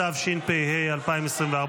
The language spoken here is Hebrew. התשפ"ה 2024,